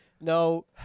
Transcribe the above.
no